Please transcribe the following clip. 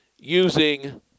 using